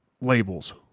labels